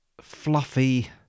fluffy